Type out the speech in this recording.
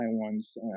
Taiwan's